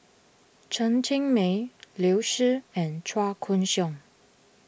Chen Cheng Mei Liu Si and Chua Koon Siong